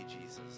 Jesus